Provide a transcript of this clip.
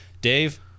dave